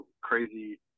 crazy